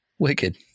Wicked